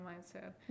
mindset